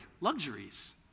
luxuries